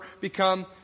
become